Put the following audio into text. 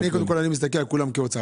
כשביקשתי להכניס את זה כהסתייגות,